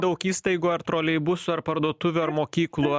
daug įstaigų ar troleibusų ar parduotuvių ar mokyklų